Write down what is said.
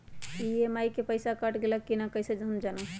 EMI के पईसा cut गेलक कि ना कइसे हम जानब?